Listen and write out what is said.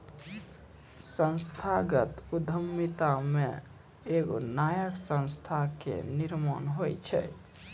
संस्थागत उद्यमिता मे एगो नयका संस्था के निर्माण होय छै